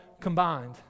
combined